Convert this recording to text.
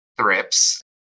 thrips